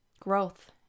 growth